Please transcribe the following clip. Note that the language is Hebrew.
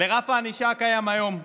לרף הענישה הקיים היום: